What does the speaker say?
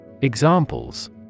Examples